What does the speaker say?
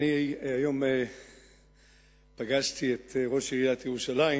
היום פגשתי את ראש עיריית ירושלים